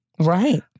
right